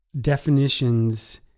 definitions